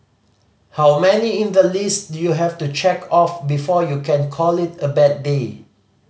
how many in the list do you have to check off before you can call it a bad day